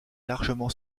largement